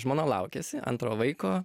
žmona laukėsi antro vaiko